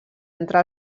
entre